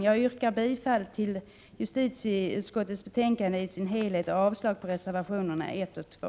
Jag yrkar bifall till justitieutskottets hemställan i dess helhet och avslag på reservationerna nr 1 och 2.